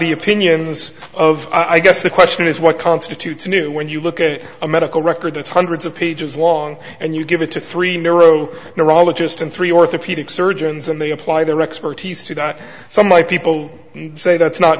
the opinions of i guess the question is what constitutes a new when you look at a medical record that's hundreds of pages long and you give it to three narrow neurologist and three orthopedic surgeons and they apply their expertise to that so my people say that's not